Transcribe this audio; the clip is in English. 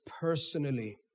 personally